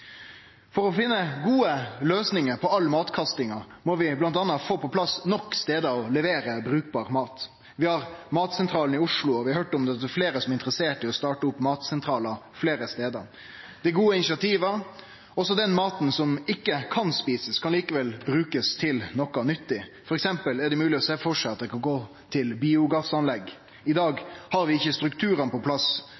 For å finne gode løysingar på all matkastinga må vi bl.a. få på plass nok stader å levere brukbar mat. Vi har Matsentralen i Oslo, og vi har høyrt om fleire som er interesserte i å starte opp matsentralar fleire stader. Det er gode initiativ. Også den maten som ikkje kan etast, kan likevel brukast til noko nyttig, f.eks. er det mogleg å sjå for seg at han kan gå til biogassanlegg. I dag